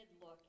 look